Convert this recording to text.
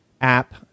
App